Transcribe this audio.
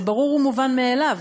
זה ברור ומובן מאליו.